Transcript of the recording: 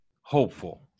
hopeful